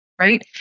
right